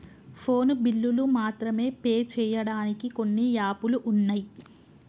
phone బిల్లులు మాత్రమే pay చెయ్యడానికి కొన్ని యాపులు వున్నయ్